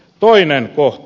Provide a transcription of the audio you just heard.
toinen kohta